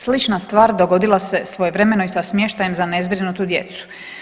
Slična stvar dogodila se svojevremeno i sa smještajem za nezbrinutu djecu.